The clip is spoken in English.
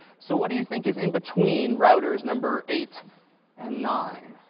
so what do you think is in between routers number eight and nine?